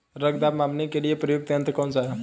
रक्त दाब मापने के लिए प्रयुक्त यंत्र कौन सा है?